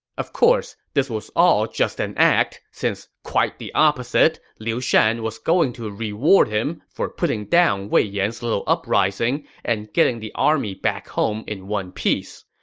of course, this was all just an act, since quite the opposite, liu shan was going to reward him for putting down wei yan's little uprising and getting the army back home in one piece.